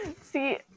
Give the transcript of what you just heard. See